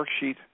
Worksheet